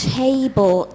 table